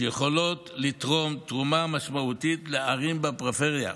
שיכולות לתרום תרומה משמעותית לערים בפריפריה.